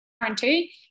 guarantee